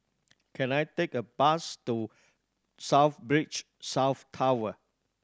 can I take a bus to South Breach South Tower